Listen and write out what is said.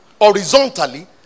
Horizontally